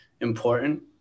important